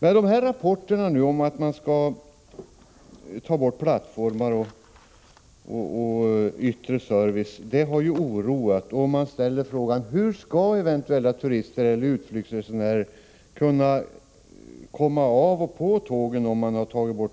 Rapporterna om att plattformar skall tas bort och att den yttre servicen skall förändras har alltså ingett oro. Man ställer frågan: Hur skall eventuella turister eller utflyktsresenärer kunna komma på och av tågen om plattformarna tagits bort?